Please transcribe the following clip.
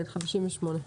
תקנה 57 אושרה פה-אחד.